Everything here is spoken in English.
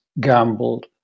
gambled